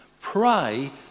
Pray